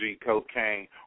Cocaine